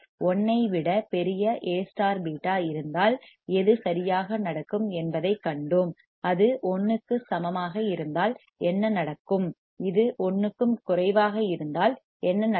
1 ஐ விட பெரிய Aβ இருந்தால் எது சரியாக நடக்கும் என்பதைக் கண்டோம் அது 1 க்கு சமமாக இருந்தால் என்ன நடக்கும் இது 1 க்கும் குறைவாக இருந்தால் என்ன நடக்கும்